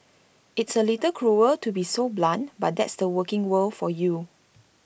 it's A little cruel to be so blunt but that's the working world for you